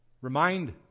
Remind